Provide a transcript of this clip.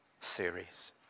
series